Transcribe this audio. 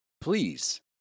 please